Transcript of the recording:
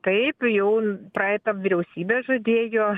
taip jau praeita vyriausybė žadėjo